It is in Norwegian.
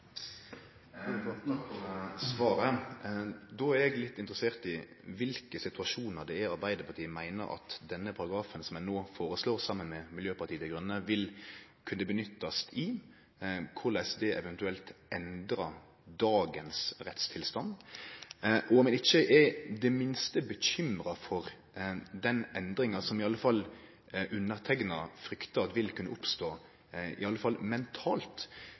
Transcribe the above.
Takk for svaret. Då er eg litt interessert i kva situasjonar Arbeidarpartiet meiner at denne paragrafen, som dei saman med Miljøpartiet Dei Grøne no føreslår, vil kunne nyttast for, korleis det eventuelt endrar dagens rettstilstand, og om ein ikkje er det minste bekymra for den endringa som spesielt underteikna fryktar vil kunne oppstå, iallfall mentalt. For dersom ein no er i